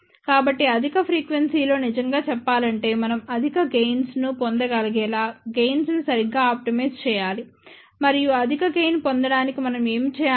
కాబట్టి అధిక ఫ్రీక్వెన్సీలో నిజంగా చెప్పాలంటే మనం అధిక గెయిన్స్ ను పొందగలిగేలా గెయిన్స్ ను సరిగ్గా ఆప్టిమైజ్ చేయాలి మరియు అధిక గెయిన్ పొందటానికి మనం ఏమి చేయాలి